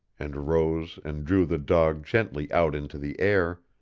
and rose and drew the dog gently out into the air,